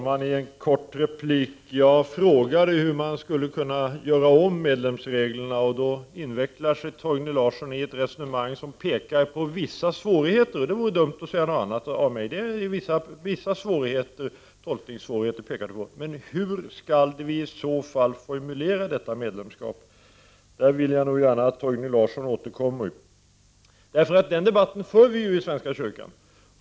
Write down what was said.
Fru talman! Jag frågade hur man skulle kunna göra om medlemsreglerna. Då invecklar sig Torgny Larsson i ett resonemang som pekar på vissa svårigheter. Och det är här fråga om vissa tolkningssvårigheter; det vore dumt av mig att säga någonting annat. Men hur skall vi i så fall formulera detta medlemskap? Jag vill gärna att Torgny Larsson återkommer med anledning av detta. Vi för ju denna debatt inom svenska kyrkan.